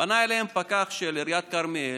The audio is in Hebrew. פנה אליהם פקח של עיריית כרמיאל,